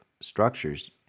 structures